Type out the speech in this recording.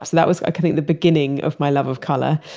that was actually the beginning of my love of color.